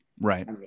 Right